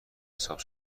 حساب